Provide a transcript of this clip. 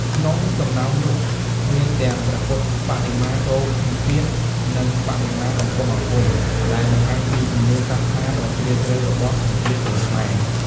ក្នុងចំណោមនោះ មានទាំងព្រះពុទ្ធបដិមាចូលនិព្វាន និងបដិមាកំពុងអង្គុយ ដែលបង្ហាញពីជំនឿសាសនាដ៏ជ្រាលជ្រៅរបស់ប្រជាជនខ្មែរ។